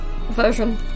version